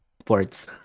sports